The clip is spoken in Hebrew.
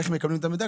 איך מקבלים את המידע?